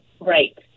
right